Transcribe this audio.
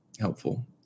helpful